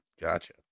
gotcha